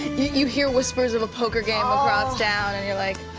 you hear whispers of a poker game across town and you're like.